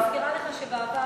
אני מזכירה לך שבעבר,